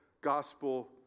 gospel